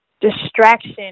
distraction